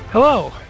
Hello